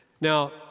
Now